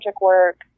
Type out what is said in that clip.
work